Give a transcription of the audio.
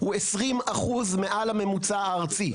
הוא 20% מעל הממוצע הארצי,